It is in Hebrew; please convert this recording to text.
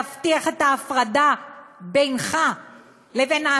להבטיח את ההפרדה בינך לבין,